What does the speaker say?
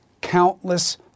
countless